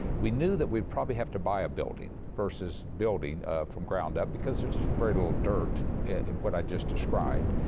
we knew that we'd probably have to buy a building versus building from ground up, because there is very little dirt in what i just described.